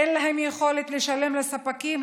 אין להם יכולת לשלם לספקים,